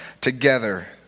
Together